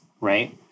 Right